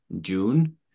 June